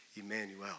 Emmanuel